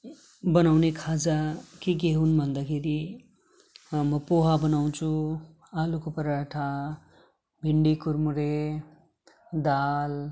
बनाउने खाजा के के हुन् भन्दाखेरि म पोहा बनाउँछु आलुको पराठा भिन्डी कुरमुरे दाल